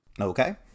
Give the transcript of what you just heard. Okay